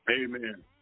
Amen